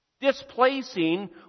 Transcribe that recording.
displacing